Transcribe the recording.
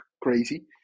crazy